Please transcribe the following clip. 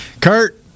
Kurt